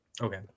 Okay